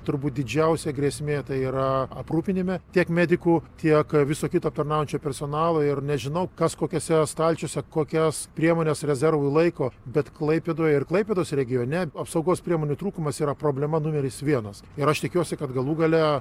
turbūt didžiausia grėsmė tai yra aprūpinime tiek medikų tiek viso kito aptarnaujančio personalo ir nežinau kas kokiuose stalčiuose kokias priemones rezervui laiko bet klaipėdoje ir klaipėdos regione apsaugos priemonių trūkumas yra problema numeris vienas ir aš tikiuosi kad galų gale